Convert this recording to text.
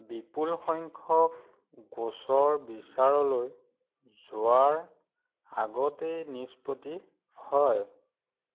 বিপুল সংখ্যক গোচৰ বিচাৰলৈ যোৱাৰ আগতেই নিষ্পত্তি হয়